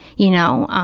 you know.